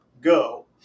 go